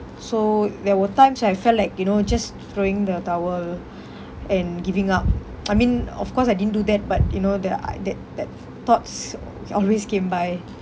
so there were times I felt like you know just throwing the towel and giving up I mean of course I didn't do that but you know that uh that that thoughts always came by